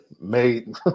made